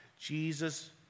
Jesus